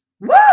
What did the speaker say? Woo